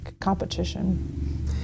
competition